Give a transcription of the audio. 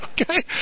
okay